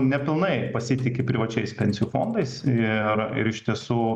nepilnai pasitiki privačiais pensijų fondais ir ir iš tiesų